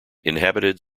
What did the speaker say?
inhabited